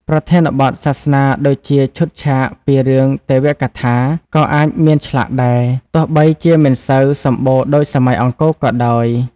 ប្រធានបទសាសនាដូចជាឈុតឆាកពី រឿងទេវកថា ក៏អាចមានឆ្លាក់ដែរ ទោះបីជាមិនសូវសម្បូរដូចសម័យអង្គរក៏ដោយ។